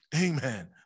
Amen